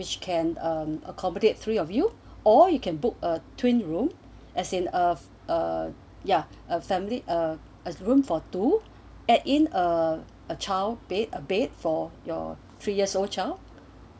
which can um accommodate three of you all you can book a twin room as in uh uh ya a family uh a room for two at in uh a child bed a bed for your three years old child